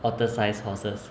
otter size horses